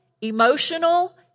emotional